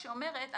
שאומרת,